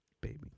baby